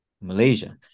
Malaysia